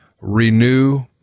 renew